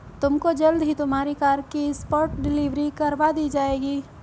तुमको जल्द ही तुम्हारी कार की स्पॉट डिलीवरी करवा दी जाएगी